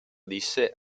disse